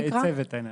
צוות האנרגיה.